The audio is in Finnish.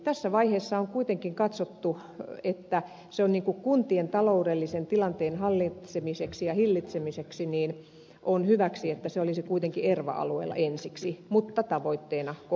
tässä vaiheessa on kuitenkin katsottu että on kuntien taloudellisen tilanteen hallitsemiseksi ja hillitsemiseksi hyväksi että oikeus olisi kuitenkin erva alueella ensiksi mutta tavoitteena koko suomi